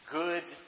good